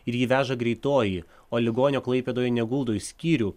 ir jį veža greitoji o ligonio klaipėdoje neguldo į skyrių